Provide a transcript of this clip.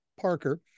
Parker